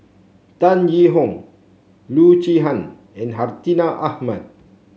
Tan Yee Hong Loo Zihan and Hartinah Ahmad